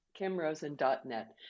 Kimrosen.net